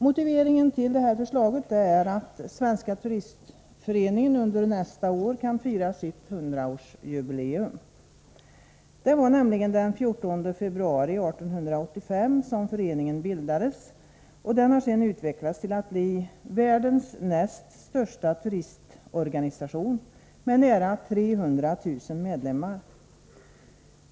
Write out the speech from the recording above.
Motiveringen till detta förslag är att Svenska turistföreningen under nästa år kan fira sitt hundraårsjubileum. Det var nämligen den 14 februari 1885 som föreningen bildades, och den har sedan utvecklats till att bli världens näst största turistorganisation med nära 300 000 medlemmar.